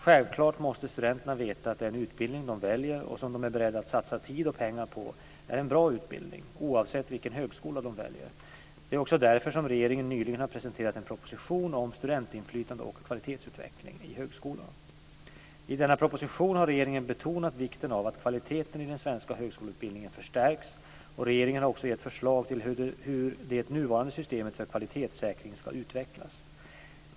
Självklart måste studenterna veta att den utbildning de väljer och som de är beredda att satsa tid och pengar på är en bra utbildning, oavsett vilken högskola de väljer. Det är också därför som regeringen nyligen har presenterat en proposition om studentinflytande och kvalitetsutveckling i högskolan. I denna proposition har regeringen betonat vikten av att kvaliteten i den svenska högskoleutbildningen förstärks, och regeringen har också gett förslag till hur det nuvarande systemet för kvalitetssäkring ska utvecklas.